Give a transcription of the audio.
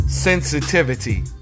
sensitivity